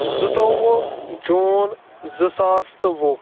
زٕتوُہ جوٗن زٕ ساس تہٕ وُہ